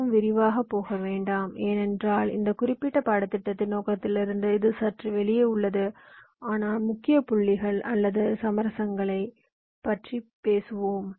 மிகவும் விரிவாகப் போக வேண்டாம் ஏனென்றால் இந்த குறிப்பிட்ட பாடத்திட்டத்தின் நோக்கத்திலிருந்து இது சற்று வெளியே உள்ளது ஆனால் முக்கிய புள்ளிகள் அல்லது அம்சங்களைப் பற்றி பேசுவோம்